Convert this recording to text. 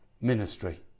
ministry